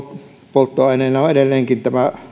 polttoaineena on edelleenkin